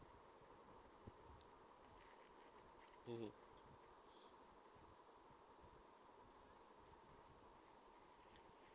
mm